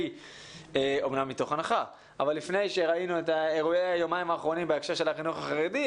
האירועים מלפני יומיים בהקשר של החינוך החרדי.